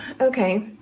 Okay